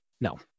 No